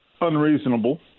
unreasonable